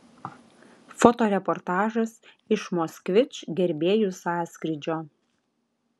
fotoreportažas iš moskvič gerbėjų sąskrydžio